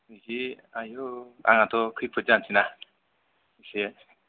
नैजि आयौ आंहाथ' खैफोद जानोसै ना फैसाया